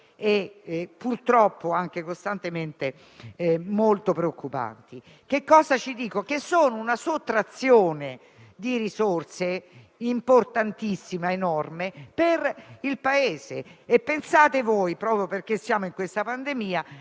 e purtroppo anche costantemente, molto preoccupanti. Cosa ci dicono? Ci parlano di una sottrazione di risorse importantissima, enorme per il Paese. Pensate voi cosa ciò significhi in questa pandemia,